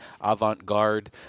avant-garde